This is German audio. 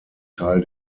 teil